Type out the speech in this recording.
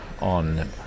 on